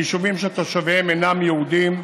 ליישובים שתושביהם אינם יהודים,